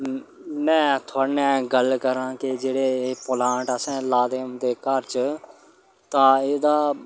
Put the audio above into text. में थुआढ़े ने गल्ल करांऽ की जेह्ड़े प्लांट असें लाये दे उं'दे घर च तां एह्दा